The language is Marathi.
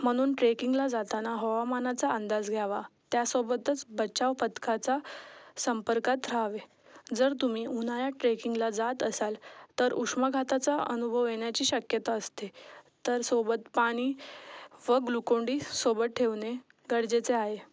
म्हणून ट्रेकिंगला जाताना हवामानाचा अंदाज घ्यावा त्यासोबतच बचाव पथकाचा संपर्कात रहावे जर तुम्ही उन्हाळ्यात ट्रेकिंगला जात असाल तर उष्माघाताचा अनुभव येण्याची शक्यता असते तर सोबत पाणी व ग्लुकोन डी सोबत ठेवणे गरजेचे आहे